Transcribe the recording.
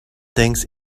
thinks